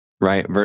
Right